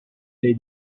dei